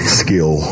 skill